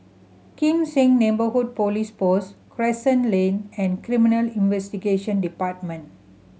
Kim Seng Neighbourhood Police Post Crescent Lane and Criminal Investigation Department